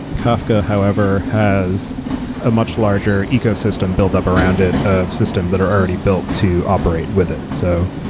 kafka, however, has a much larger ecosystem built up around it of systems that are already built to operate with it. so,